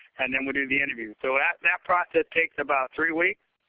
and then we'll do the interview. so, that that process takes about three weeks.